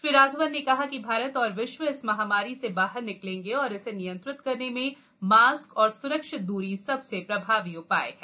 श्री राघवन ने कहा कि भारत और विश्व इस महामारी से बाहर निकलेंगे और इसे नियंत्रित करने में मास्क और स्रक्षित दूरी सबसे प्रभावी उपाय हैं